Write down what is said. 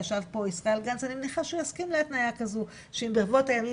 שאת פה הזכרת גנץ - אני מניחה שהוא יסכים להתניה כזו - שאם בערבות הימים